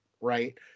right